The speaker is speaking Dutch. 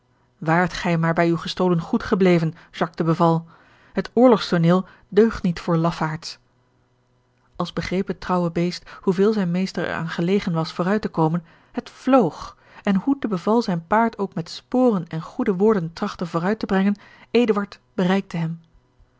waart gij maar bij uw gestolen goed gebleven jacques de beval het oorlogstooneel deugt niet voor lafaards als begreep het trouwe beest hoeveel zijn meester er aan gelegen was vooruit te komen het vloog en hoe de beval zijn paard ook met sporen en goede woorden trachtte vooruit te brengen eduard bereikte hem